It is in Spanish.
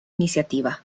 iniciativa